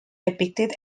depicted